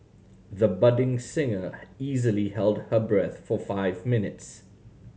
the budding singer easily held her breath for five minutes